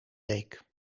week